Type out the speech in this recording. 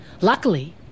Luckily